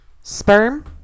Sperm